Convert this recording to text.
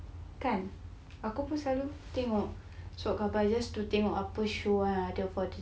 come buyers to think of upper sure